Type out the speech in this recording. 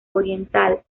oriental